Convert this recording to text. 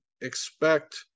expect